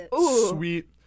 sweet